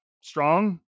strong